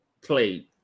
played